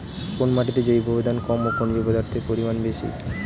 কোন মাটিতে জৈব উপাদান কম ও খনিজ পদার্থের পরিমাণ বেশি?